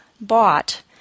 bought